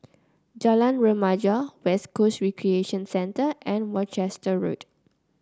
Jalan Remaja West Coast Recreation Centre and Worcester Road